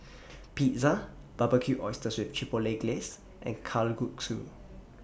Pizza Barbecued Oysters with Chipotle Glaze and Kalguksu